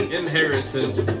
inheritance